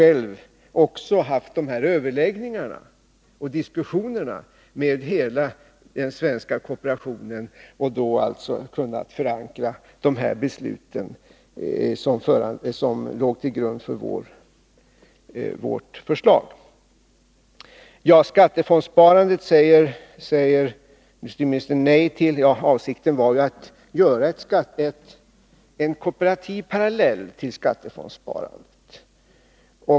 Jag har ju själv haft dessa överläggningar och diskussioner med hela den svenska kooperationen och då kunnat förankra de tankegångar som låg till grund för vårt förslag. Skattefondssparandet säger industriministern nej till. Avsikten var att åstadkomma en kooperativ parallell till skattefondssparandet.